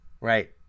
Right